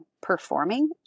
performing